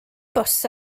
bws